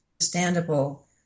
Understandable